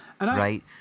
Right